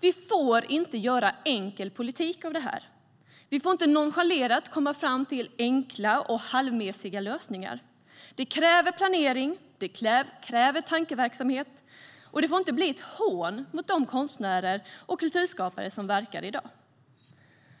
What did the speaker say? Vi får inte göra enkel politik av detta. Vi får inte nonchalerat komma fram till enkla och halvmesiga lösningar. Det kräver planering och tankeverksamhet för att det inte ska bli ett hån mot de konstnärer och kulturskapare som verkar i dag.